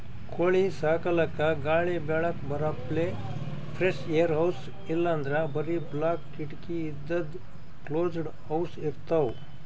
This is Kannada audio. ಕೋಳಿ ಸಾಕಲಕ್ಕ್ ಗಾಳಿ ಬೆಳಕ್ ಬರಪ್ಲೆ ಫ್ರೆಶ್ಏರ್ ಹೌಸ್ ಇಲ್ಲಂದ್ರ್ ಬರಿ ಬಾಕ್ಲ್ ಕಿಡಕಿ ಇದ್ದಿದ್ ಕ್ಲೋಸ್ಡ್ ಹೌಸ್ ಇರ್ತವ್